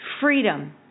freedom